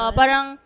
parang